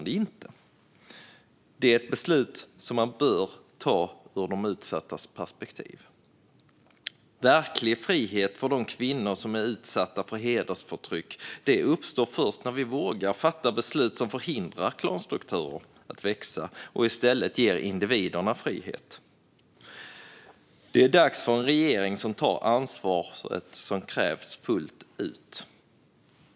Det är ett beslut man bör ta ur de utsattas perspektiv. Verklig frihet för de kvinnor som är utsatta för hedersförtryck uppstår först när vi vågar fatta beslut som förhindrar klanstrukturer att växa och som i stället ger individerna frihet. Det är dags för en regering som tar det ansvar som krävs fullt ut.